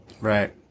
Right